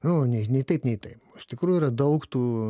nu nei nei taip nei taip iš tikrųjų yra daug tų